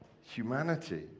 humanity